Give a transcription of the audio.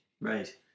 Right